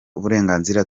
uburenganzira